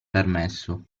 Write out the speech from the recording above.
permesso